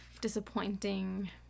disappointing